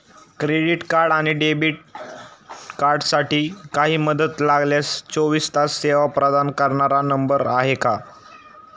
Credit आणि debit कार्डसाठी काही मदत लागल्यास चोवीस तास सेवा प्रदान करणारा नंबर आहे का?